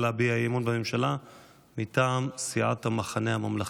להביע אי-אמון בממשלה מטעם סיעת המחנה הממלכתי.